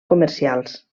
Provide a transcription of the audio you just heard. comercials